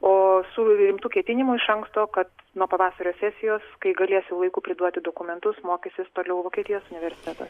o su rimtu ketinimu iš anksto kad nuo pavasario sesijos kai galės laiku priduoti dokumentus mokysis toliau vokietijos universitetuose